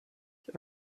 die